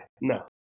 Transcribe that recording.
no